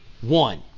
one